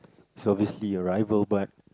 it's obviously your rival but